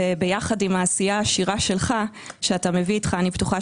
ויחד עם העשייה העשירה שלך שאתה מביא איתך אני בטוחה